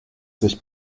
sich